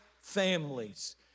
families